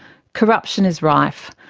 corruption is rife,